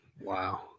Wow